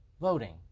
voting